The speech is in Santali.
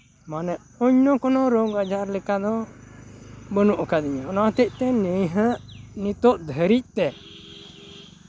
ᱢᱟᱱᱮ ᱚᱱᱱᱚ ᱠᱳᱱᱚ ᱨᱳᱜ ᱟᱡᱟᱨ ᱞᱮᱠᱟ ᱫᱚ ᱵᱟᱹᱱᱩᱜ ᱟᱠᱟᱫᱤᱧᱟᱹ ᱚᱱᱟ ᱦᱚᱛᱮᱜ ᱛᱮ ᱱᱟᱹᱭᱦᱟᱹᱨ ᱱᱤᱛᱚᱜ ᱫᱷᱟᱹᱨᱤᱡ ᱛᱮ